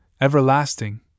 everlasting